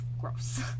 Gross